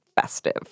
festive